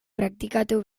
praktikatu